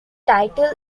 title